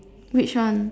which one